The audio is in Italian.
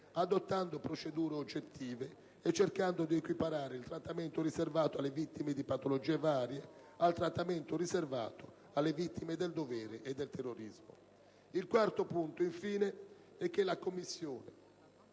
adottando procedure oggettive e cercando di equiparare il trattamento riservato alle vittime di patologie varie al trattamento riservato alle vittime del dovere e del terrorismo. Il quarto punto, infine, è che la Commissione